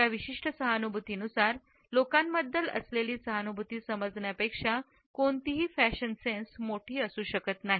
या विशिष्ट सहानुभूतीनुसार लोकांबद्दल असलेली सहानुभूती समजण्यापेक्षा कोणतही फॅशन सेन्स मोठी असू शकत नाही